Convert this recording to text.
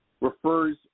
refers